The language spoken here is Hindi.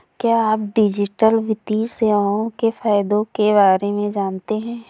क्या आप डिजिटल वित्तीय सेवाओं के फायदों के बारे में जानते हैं?